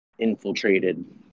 Infiltrated